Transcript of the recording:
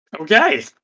Okay